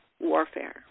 warfare